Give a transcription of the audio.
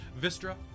Vistra